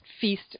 feast